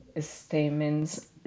statements